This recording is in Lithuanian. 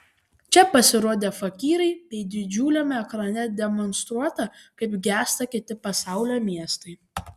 čia pasirodė fakyrai bei didžiuliame ekrane demonstruota kaip gęsta kiti pasaulio miestai